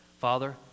Father